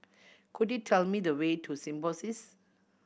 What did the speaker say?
could you tell me the way to Symbiosis